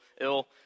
ill